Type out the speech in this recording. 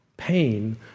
pain